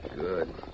Good